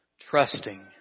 trusting